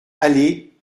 allée